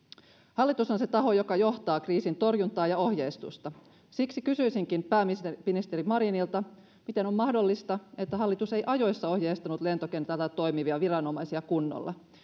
hallitus on se taho joka johtaa kriisin torjuntaa ja ohjeistusta siksi kysyisinkin pääministeri marinilta miten on mahdollista että hallitus ei ajoissa ohjeistanut lentokentällä toimivia viranomaisia kunnolla